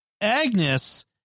Agnes